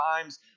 times